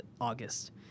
August